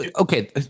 okay